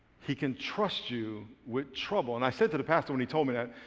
he can trust you with trouble. and i said to the pastor when he told me that,